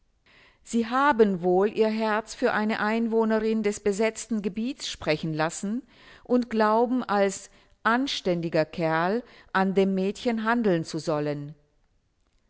sie haben wohl ihr herz für eine einwohnerin des besetzten gebiets sprechen lassen und glauben als anständiger kerl an dem mädchen handeln zu sollen